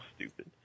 stupid